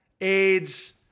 AIDS